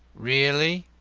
really?